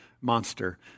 monster